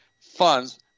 funds